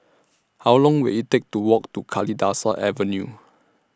How Long Will IT Take to Walk to Kalidasa Avenue